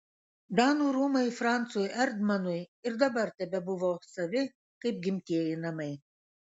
danų rūmai francui erdmanui ir dabar tebebuvo savi kaip gimtieji namai